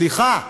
סליחה.